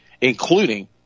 including